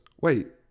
Wait